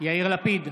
יאיר לפיד,